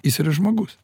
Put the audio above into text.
jis yra žmogus